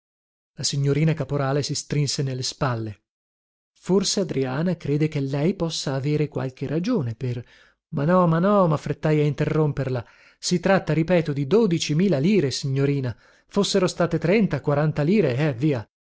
la signorina caporale si strinse ne le spalle forse adriana crede che lei possa avere qualche ragione per ma no ma no maffrettai a interromperla si tratta ripeto di dodici mila lire signorina fossero state trenta quaranta lire eh via